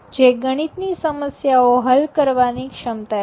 જે ગણિતની સમસ્યાઓ હલ કરવાની ક્ષમતા છે